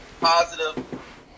positive